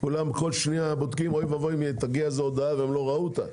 כולם בודקים כל שנייה האם הגיע איזושהי הודעה והם לא ראו אותה.